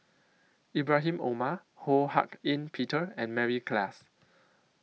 Ibrahim Omar Ho Hak Ean Peter and Mary Klass